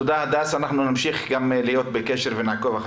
נמשיך גם להיות בקשר ונעקוב.